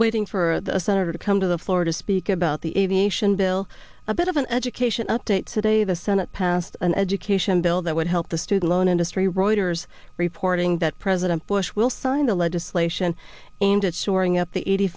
waiting for the senator to come to the florida speak about the aviation bill a bit of an education update today the senate passed an education bill that would help the student loan industry reuters reporting that president bush will sign the legislation aimed at shoring up the eighty